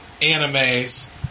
animes